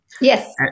Yes